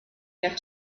get